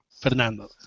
Fernando